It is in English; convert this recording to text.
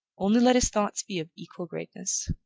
only let his thoughts be of equal greatness.